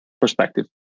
perspective